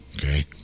Okay